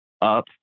up